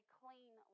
clean